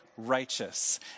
righteous